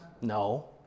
No